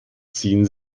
ziehen